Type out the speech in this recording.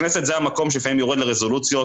הכנסת זה המקום שלפעמים יורד לרזולוציות,